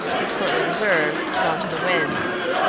his courtly reserve gone to the winds.